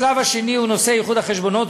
השלב השני הוא נושא איחוד החשבונות,